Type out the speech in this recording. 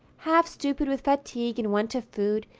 half stupid with fatigue and want of food,